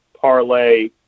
parlay